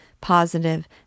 positive